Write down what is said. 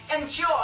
Enjoy